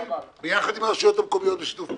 בשיתוף פעולה עם הרשויות המקומיות,